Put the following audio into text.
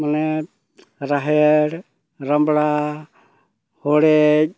ᱢᱟᱱᱮ ᱨᱟᱦᱮᱲ ᱨᱟᱢᱵᱲᱟ ᱦᱚᱲᱮᱡ